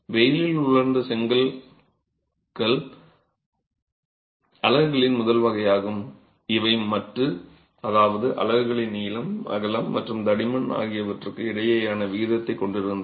வெயிலில் உலர்ந்த செங்கற்கள் அலகுகளின் முதல் வகையாகும் இவை மட்டு அதாவது அலகுகளின் நீளம் அகலம் மற்றும் தடிமன் ஆகியவற்றுக்கு இடையேயான விகிதத்தைக் கொண்டிருந்தது